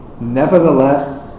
Nevertheless